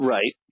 Right